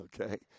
okay